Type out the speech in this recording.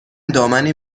دامنی